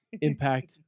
Impact